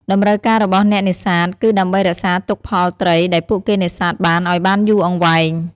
តម្រូវការរបស់អ្នកនេសាទគឺដើម្បីរក្សាទុកផលត្រីដែលពួកគេនេសាទបានឱ្យបានយូរអង្វែង។